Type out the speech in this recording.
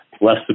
less